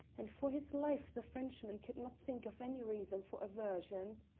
and for his life the frenchman could not think of any reason for aversion.